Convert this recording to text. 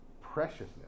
preciousness